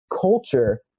culture